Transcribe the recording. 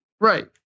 right